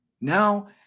Now